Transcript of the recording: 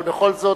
אבל בכל זאת,